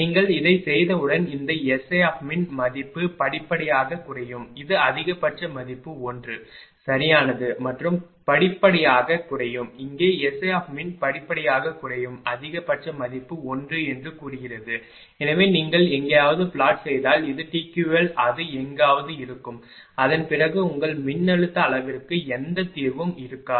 நீங்கள் இதைச் செய்தவுடன் இந்த SImin மதிப்பு படிப்படியாகக் குறையும் இது அதிகபட்ச மதிப்பு 1 சரியானது மற்றும் படிப்படியாகக் குறையும் இங்கே SImin படிப்படியாகக் குறையும் அதிகபட்ச மதிப்பு 1 என்று கூறுகிறது எனவே நீங்கள் எங்காவது பிளாட் செய்தால் இது TQL அது எங்காவது வரும் அதன் பிறகு உங்கள் மின்னழுத்த அளவிற்கு எந்த தீர்வும் இருக்காது